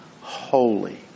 holy